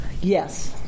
Yes